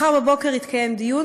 מחר בבוקר יתקיים דיון,